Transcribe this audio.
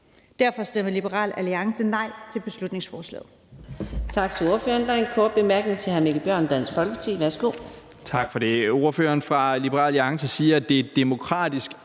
Derfor stemmer Liberal Alliance nej til beslutningsforslaget.